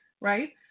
right